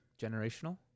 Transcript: generational